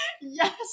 Yes